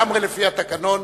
ולגמרי לפי התקנון,